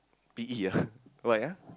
P_E ah why ah